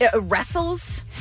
wrestles